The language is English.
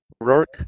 Rourke